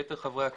יתר חברי הכנסת,